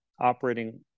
operating